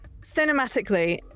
Cinematically